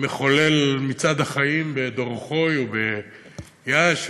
מחולל מצעד החיים בדורוחוי ויאש,